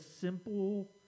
simple